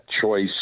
choice